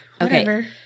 Okay